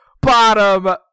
bottom